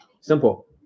Simple